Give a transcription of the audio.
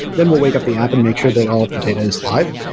then we'll wake up the app and make sure that all of the data is live.